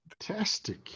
Fantastic